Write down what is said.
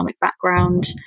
background